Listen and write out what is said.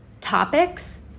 topics